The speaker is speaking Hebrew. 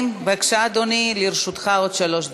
בבקשה, אדוני, לרשותך עוד שלוש דקות.